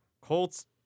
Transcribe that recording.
Colts